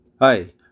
Hi